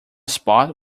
spot